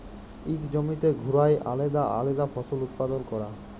ইক জমিতে ঘুরায় আলেদা আলেদা ফসল উৎপাদল ক্যরা